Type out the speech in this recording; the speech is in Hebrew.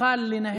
נוכל לנהל דיון.